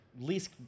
least